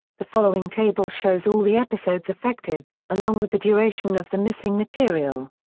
the following table shows all the episodes affected, along with the duration of the missing material.